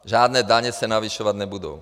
Žádné daně se navyšovat nebudou.